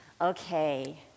Okay